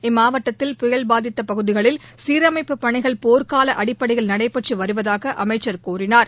இம்மாவட்டத்தில் புயல் பாதித்த பகுதிகளில் சீரமைப்பு பணிகள் போர்க்கால அடிப்படையில் நடைபெற்று வருவதாக அமைச்சர் கூறினார்